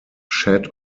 shed